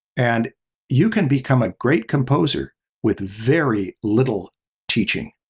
and you can become a great composer with very little teaching.